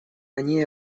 они